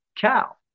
cow